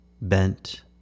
bent